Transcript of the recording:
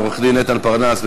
עורך-דין איתן פרנס,